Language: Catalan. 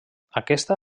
aquesta